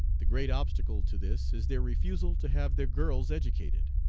the great obstacle to this is their refusal to have their girls educated.